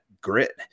grit